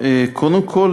קודם כול,